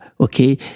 okay